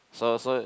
so so